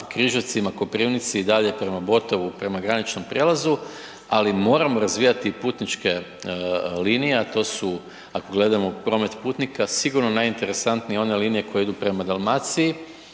Križevcima, Koprivnici i dalje prema Botovu prema graničnom prijelazu, ali moramo razvijati i putničke linije, a to su ako gledamo promet putnika sigurno najinteresantnije linije koje idu prema Dalmaciji.